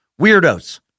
weirdos